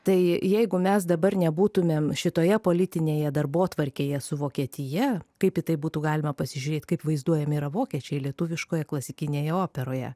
tai jeigu mes dabar nebūtumėm šitoje politinėje darbotvarkėje su vokietija kaip į tai būtų galima pasižiūrėt kaip vaizduojami yra vokiečiai lietuviškoje klasikinėje operoje